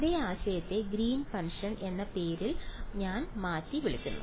അതേ ആശയത്തെ Green function എന്ന മറ്റൊരു പേരിൽ വിളിക്കുന്നു